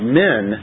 men